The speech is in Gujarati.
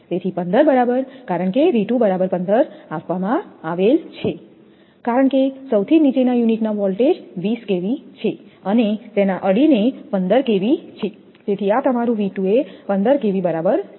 તેથી 15 બરાબર કારણ કે બરાબર 15 આપવામાં આવે છે કારણ કે સૌથી નીચેના યુનિટના વોલ્ટેજ 20 kV છે અને તેના અડીને 15 kV છે તેથી આ તમારું એ 15 kV બરાબર છે